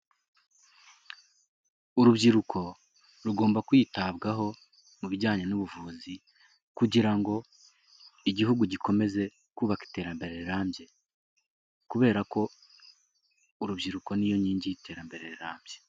Urubyiruko rugomba kwitabwaho, mu bijyanye n'ubuvuzi kugira ngo igihugu gikomeze kubaka iterambere rirambye kubera ko urubyiruko niyo nkingi y'iterambere rirambye.